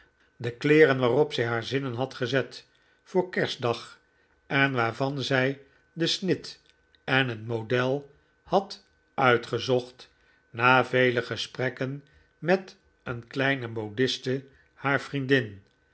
de kleeren waarop zij haar zinnen had gezet voor kerstdag en waarvan zij den snit en het model had uitgezocht na vele gesprekken met een kleine modiste haar vriendin